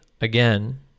again